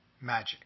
magic